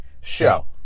show